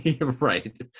Right